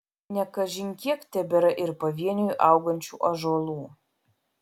ne kažin kiek tebėra ir pavieniui augančių ąžuolų